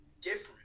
different